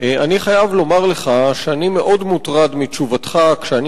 אני חייב לומר לך שאני מאוד מוטרד מתשובתך כשאני